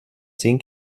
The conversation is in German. zehn